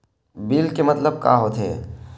Bill के मतलब का होथे?